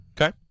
Okay